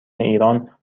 ایران